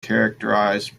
characterized